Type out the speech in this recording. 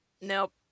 Nope